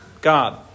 God